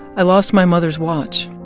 i lost my mother's watch.